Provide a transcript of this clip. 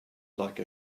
like